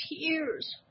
tears